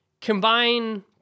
combine